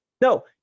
no